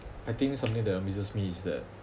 I think something that amazes me is that